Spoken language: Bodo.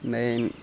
ओमफाय